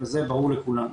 וזה ברור לכולם.